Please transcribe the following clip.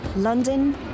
London